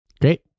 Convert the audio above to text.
Great